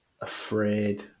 afraid